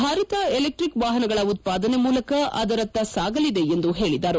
Bharat electric ವಾಪನಗಳ ಉತ್ಪಾದನೆ ಮೂಲಕ ಅದರತ್ತ ಸಾಗಲಿದೆ ಎಂದು ಹೇಳಿದರು